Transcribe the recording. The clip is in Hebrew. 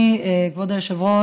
אני, כבוד היושב-ראש,